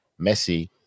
messi